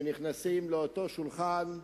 כשמגיעים לאותו שולחן,